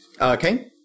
Okay